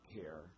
care